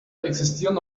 existieren